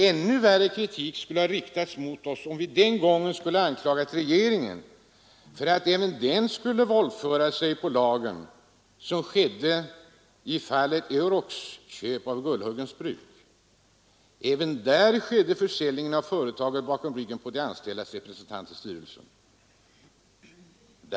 Ännu värre kritik skulle ha riktats mot oss, om vi den gången hade anklagat regeringen för att även den skulle våldföra sig på lagen, vilket skedde i fallet Eurocs köp av Gullhögens bruk. Även där skedde försäljningen av företaget bakom ryggen på de anställdas representant i styrelsen.